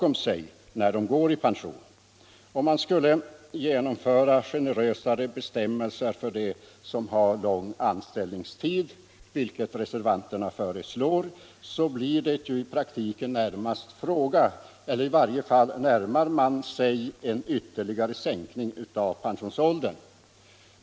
Om man då, som reservanterna föreslår, genomför mera generösa bestämmelser för människor med lång anställningstid, så närmar man sig en ytterligare sänkning av pensionsåldern.